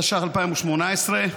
התשע"ח 2018,